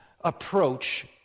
approach